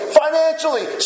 financially